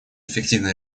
эффективно